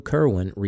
Kerwin